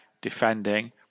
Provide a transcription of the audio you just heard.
defending